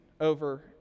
over